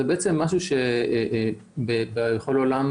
זה בעצם משהו שמתקיים בכל העולם,